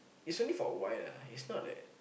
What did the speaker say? is only for a while lah is not like